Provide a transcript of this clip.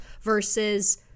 versus